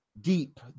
deep